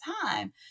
time